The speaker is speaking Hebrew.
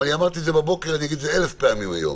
אמרתי את זה בבוקר ואני אגיד את זה אלף פעמים היום,